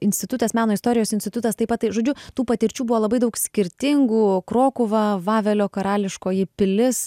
institutas meno istorijos institutas taip pat tai žodžiu tų patirčių buvo labai daug skirtingų krokuva vavelio karališkoji pilis